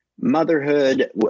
motherhood